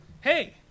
hey